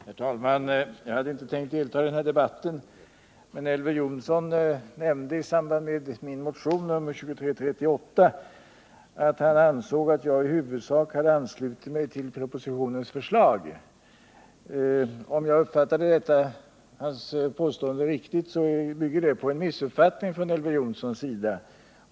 Herr talman! Jag hade inte tänkt delta i den här debatten, men Elver Jonsson nämnde i samband med min motion, nr 2338, att han ansåg att jag i huvudsak hade anslutit mig till propositionens förslag. Hans påstående bygger, om jag uppfattade det rätt, på en missuppfattning från Elver Jonssons sida.